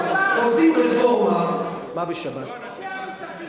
עובדי המוסכים